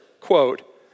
quote